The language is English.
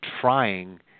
trying